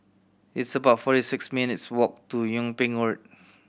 it's about forty six minutes walk to Yung Ping Road